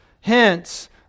Hence